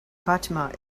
fatima